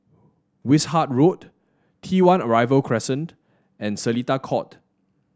Wishart Road T One Arrival Crescent and Seletar Court